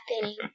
happening